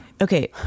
Okay